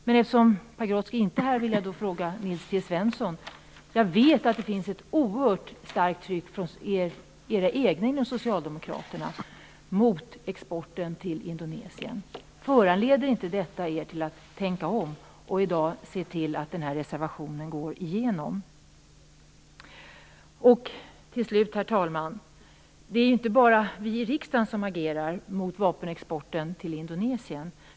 Men eftersom Leif Pagrotsky inte är här vill jag ställa en fråga till Nils T Svensson. Jag vet att det finns ett oerhört starkt tryck från era egna inom Socialdemokraterna mot exporten till Indonesien. Föranleder inte detta er till att tänka om och i dag se till att denna reservation bifalls? Till slut, herr talman, är det inte bara vi i riksdagen som agerar mot vapenexporten till Indonesien.